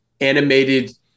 animated